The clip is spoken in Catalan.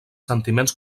sentiments